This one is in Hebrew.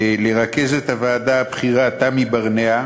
לרכזת הוועדה הבכירה תמי ברנע,